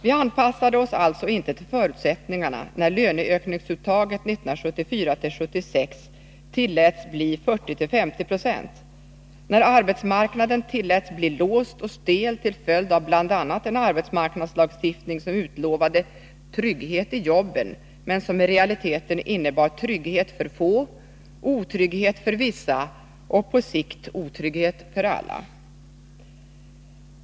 Vi anpassade oss alltså inte till förutsättningarna, när löneökningsuttaget 1974-1976 tilläts bli 40-50 96, när arbetsmarknaden tilläts bli låst och stel till följd av bl.a. en arbetsmarknadslagstiftning som utlovade trygghet i jobben, men som i realiteten innebar trygghet för få, otrygghet för vissa och på sikt otrygghet för alla.